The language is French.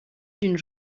d’une